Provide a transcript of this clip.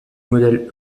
modèle